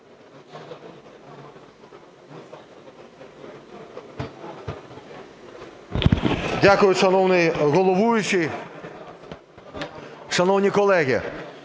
Дякую, шановний головуючий. Шановні колеги,